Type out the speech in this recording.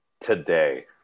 today